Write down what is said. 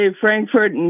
Frankfurt